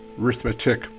arithmetic